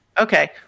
Okay